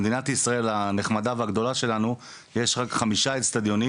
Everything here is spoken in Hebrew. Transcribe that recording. במדינת ישראל הנחמדה והגדולה שלנו יש רק חמישה איצטדיונים